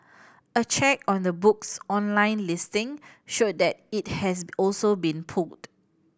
a check on the book's online listing showed that it has also been pulled